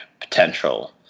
potential